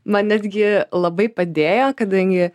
man netgi labai padėjo kadangi